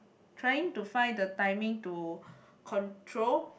trying to find the timing to control